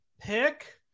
pick